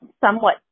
somewhat